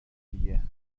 دیگه